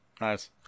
Nice